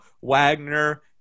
wagner